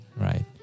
right